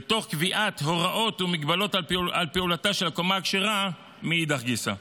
ותוך קביעת הוראות והגבלות על פעולתה של הקומה הכשרה מאידך גיסא.